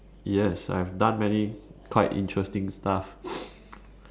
yes I have done many quite interesting stuff